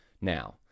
Now